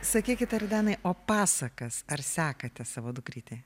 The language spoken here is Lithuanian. sakykit aridanai o pasakas ar sekate savo dukrytei